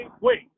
wait